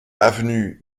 avenue